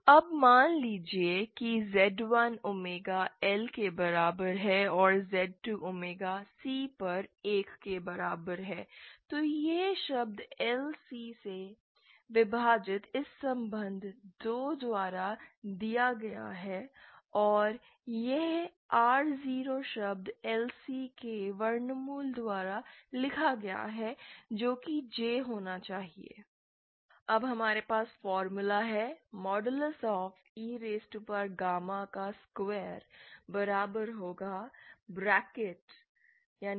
अब मान लीजिए कि Z1 ओमेगा L के बराबर है और Z2 ओमेगा C पर 1 के बराबर है तो यह शब्द LC से विभाजित इस संबंध 2 द्वारा दिया गया है और यह R 0 शब्द LC के वर्गमूल द्वारा लिखा गया है जो कि J होना चाहिए